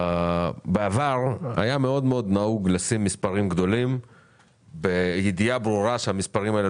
בעבר היה מאוד נהוג לשים מספרים גדולים - בידיעה ברורה שהמספרים האלה